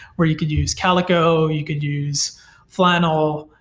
where you could use calico, you could use flannel,